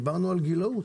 דיברנו על גילאות,